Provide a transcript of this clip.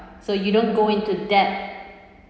so you don't go into debt